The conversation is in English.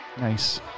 Nice